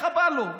ככה בא לו.